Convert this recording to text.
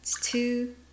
two